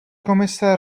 komise